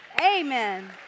Amen